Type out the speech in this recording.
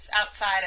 outside